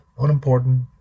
unimportant